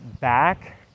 back